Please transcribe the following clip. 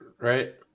right